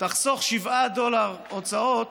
תחסוך 7 דולר הוצאות